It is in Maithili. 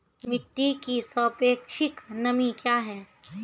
मिटी की सापेक्षिक नमी कया हैं?